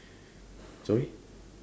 sorry